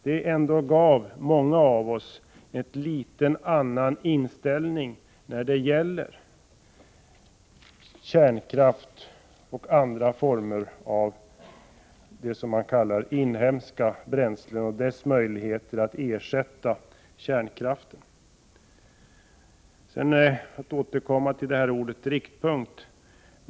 Det gav många av oss en annan inställning till kärnkraften och till vad som kallas inhemska bränslen och de möjligheterna att ersätta kärnkraften. Jag vill återkomma till ordet riktpunkt.